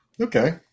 Okay